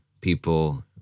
people